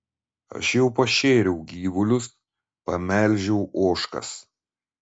aš jau pašėriau gyvulius pamelžiau ožkas